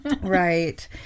Right